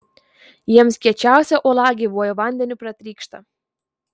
jiems kiečiausia uola gyvuoju vandeniu pratrykšta